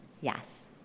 Yes